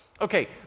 Okay